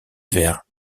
vers